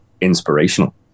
inspirational